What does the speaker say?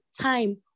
time